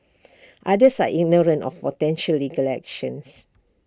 others are ignorant of potential legal actions